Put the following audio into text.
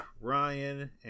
Ryan